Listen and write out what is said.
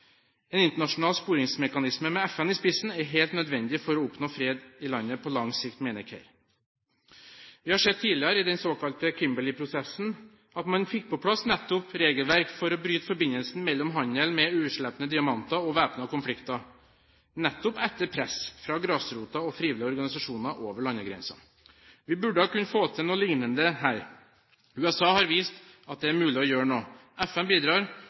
En internasjonal sporingsmekanisme med FN i spissen er helt nødvendig for å oppnå fred i landet på lang sikt, mener CARE. Vi har sett tidligere, i den såkalte Kimberley-prosessen, at man fikk på plass regelverk for å bryte forbindelsen mellom handel med uslepne diamanter og væpnede konflikter, nettopp etter press fra grasrota og frivillige organisasjoner over landegrensene. Vi burde kunne få til noe liknende her. USA har vist at det er mulig å gjøre noe. FN bidrar,